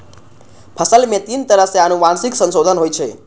फसल मे तीन तरह सं आनुवंशिक संशोधन होइ छै